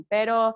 Pero